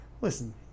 Listen